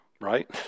right